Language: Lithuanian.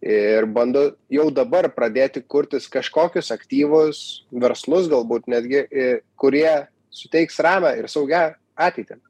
ir bando jau dabar pradėti kurtis kažkokius aktyvus verslus galbūt netgi kurie suteiks ramią ir saugią ateitį